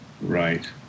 Right